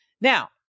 Now